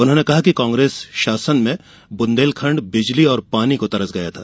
उन्होंने कहा कि कांग्रेस शासन में बुंदेलखंड बिजली और पानी को तरस गया था